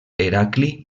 heracli